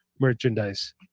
merchandise